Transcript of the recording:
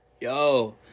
Yo